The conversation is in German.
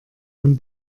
von